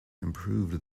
improved